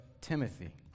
Timothy